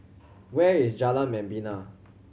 where is Jalan Membina